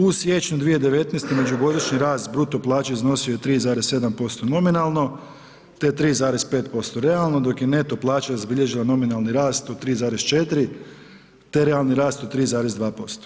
U siječnju 2019. međugodišnji rast bruto plaće iznosio je 3,7% nominalno te 3,5% realno dok je neto plaća zabilježila nominalni rast od 3,4 te realni rast od 3,2%